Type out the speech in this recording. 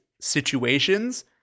situations